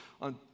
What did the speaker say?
on